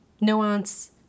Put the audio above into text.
nuance